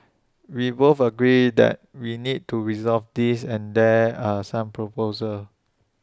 we both agree that we need to resolve this and there are some proposals